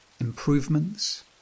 Improvements